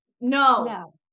no